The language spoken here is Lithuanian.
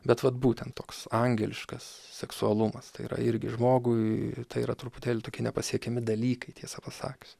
bet vat būtent toks angeliškas seksualumas tai yra irgi žmogui tai yra truputėlį tokie nepasiekiami dalykai tiesą pasakius